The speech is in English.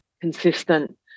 consistent